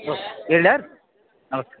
ಇಡಲಾ ರೀ ಓಕೆ